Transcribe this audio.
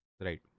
Right